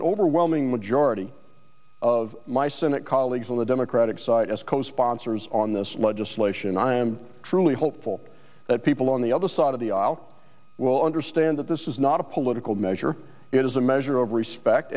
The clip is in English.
an overwhelming majority of my senate colleagues on the democratic side as co sponsors on this legislation i am truly hopeful that people on the other side of the aisle will understand that this is not a political measure it is a measure of respect